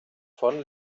von